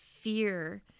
fear